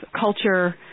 culture